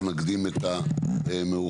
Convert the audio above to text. לא נקדים את המאוחר.